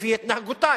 לפי התנהגותה,